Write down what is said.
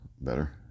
better